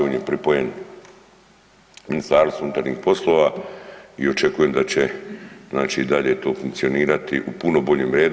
On je pripojen Ministarstvu unutarnjih poslova i očekujem da će znači i dalje to funkcionirati u puno boljem redu.